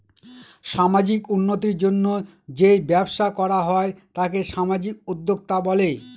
সামাজিক উন্নতির জন্য যেই ব্যবসা করা হয় তাকে সামাজিক উদ্যোক্তা বলে